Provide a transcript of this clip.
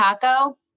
Taco